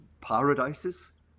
paradises